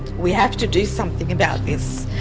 we have to do something about this,